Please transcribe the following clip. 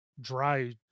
dry